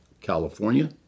California